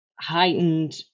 heightened